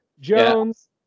Jones